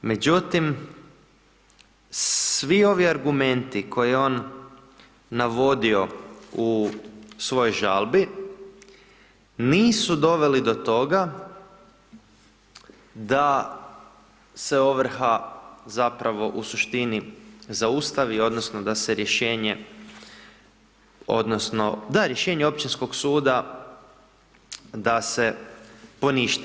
Međutim, svi ovi argumenti koje je on navodio u svojoj žalbi, nisu doveli do toga da se ovrha zapravo u suštini zaustavi odnosno da se rješenje odnosno da, rješenje Općinskog suda, da se poništi.